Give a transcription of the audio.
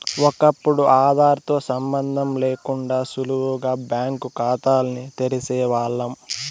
ఒకప్పుడు ఆదార్ తో సంబందం లేకుండా సులువుగా బ్యాంకు కాతాల్ని తెరిసేవాల్లం